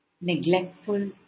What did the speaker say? neglectful